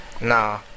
Nah